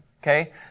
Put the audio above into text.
Okay